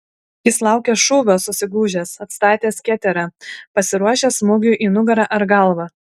jis laukia šūvio susigūžęs atstatęs keterą pasiruošęs smūgiui į nugarą ar galvą